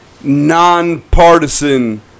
nonpartisan